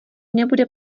nebude